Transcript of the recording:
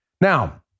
Now